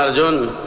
ah done